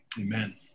Amen